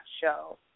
show